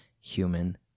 human